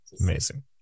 Amazing